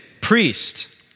priest